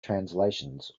translations